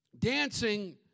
Dancing